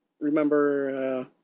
remember—